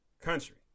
country